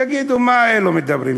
יגידו: מה אלו מדברים?